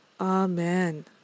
Amen